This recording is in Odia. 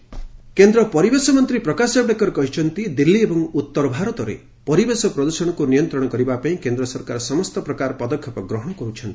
ପ୍ରକାଶ ଜାଭଡେକର କେନ୍ଦ୍ର ପରିବେଶ ମନ୍ତ୍ରୀ ପ୍ରକାଶ ଜାଭଡେକର କହିଛନ୍ତି ଦିଲ୍ଲୀ ଏବଂ ଉତ୍ତର ଭାରତରେ ପରିବେଶ ପ୍ରଦୂଷଣକୁ ନିୟନ୍ତ୍ରଣ କରିବା ପାଇଁ କେନ୍ଦ୍ର ସରକାର ସମସ୍ତ ପ୍ରକାର ପଦକ୍ଷେପ ଗ୍ରହଣ କରୁଛନ୍ତି